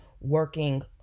working